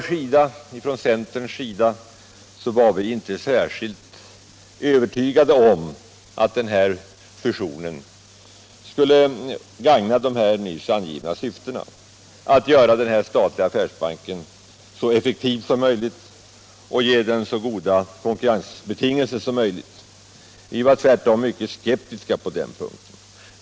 Från centerns sida var vi inte särskilt övertygade om att fusionen skulle gagna de nyss angivna syftena, att göra den statliga affärsbanken så effektiv som möjligt och ge den så goda konkurrensbetingelser som möjligt. Vi var tvärtom skeptiska på den punkten.